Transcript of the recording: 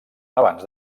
abans